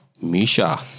Misha